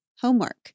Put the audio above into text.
homework